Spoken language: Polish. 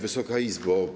Wysoka Izbo!